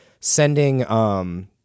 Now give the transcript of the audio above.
sending